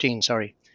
sorry